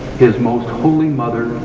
his most holy mother,